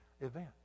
event